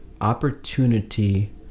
opportunity